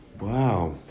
Wow